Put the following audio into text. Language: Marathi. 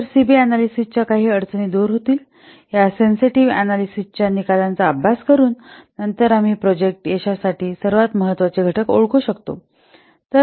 तर सी बी अनॅलिसिस च्या काही अडचणी दूर होतील या सेन्सेटिव्ह अनॅलिसिस च्या निकालांचा अभ्यास करून नंतर आम्ही प्रोजेक्ट यशासाठी सर्वात महत्त्वाचे घटक ओळखू शकतो